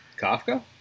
Kafka